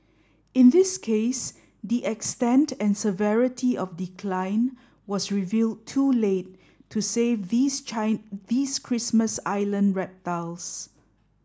in this case the extent and severity of decline was revealed too late to save these these Christmas Island reptiles